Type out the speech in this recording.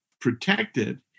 protected